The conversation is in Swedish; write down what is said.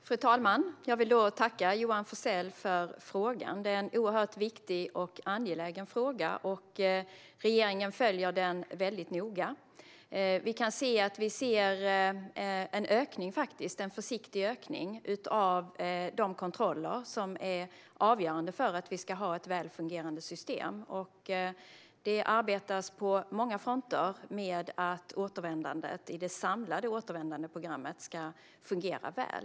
Fru talman! Jag vill tacka Johan Forssell för frågan. Det är en oerhört viktig och angelägen fråga, och regeringen följer den väldigt noga. Vi kan faktiskt se en försiktig ökning av de kontroller som är avgörande för att vi ska ha ett väl fungerande system. Det arbetas på många fronter med att återvändandet i det samlade återvändandeprogrammet ska fungera väl.